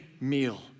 meal